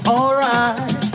Alright